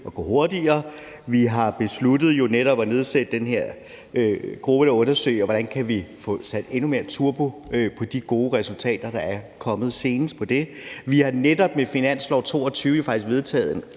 at gå hurtigere. Vi besluttede jo netop at nedsætte den her gruppe, der undersøger, hvordan vi kan få sat endnu mere turbo på de gode resultater, der senest er kommet, og vi har netop med finansloven for 2022 vedtaget en